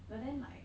but then like